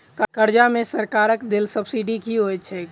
कर्जा मे सरकारक देल सब्सिडी की होइत छैक?